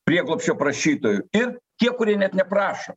prieglobsčio prašytojų ir tie kurie net neprašo